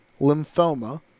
lymphoma